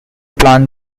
plan